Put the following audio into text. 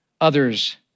others